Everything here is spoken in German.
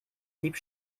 blieb